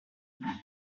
have